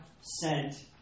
sent